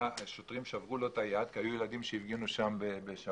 והשוטרים שברו לו את היד כי היו ילדים שהפגינו שם בשבת,